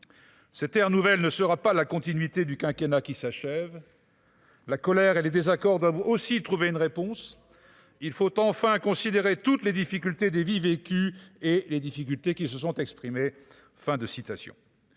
cette ère nouvelle ne sera pas la continuité du quinquennat qui s'achève. La colère et les désaccords doivent aussi trouver une réponse, il faut enfin considérer toutes les difficultés des vies vécues et les difficultés qui se sont exprimés,